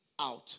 out